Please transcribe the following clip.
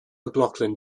mclaughlin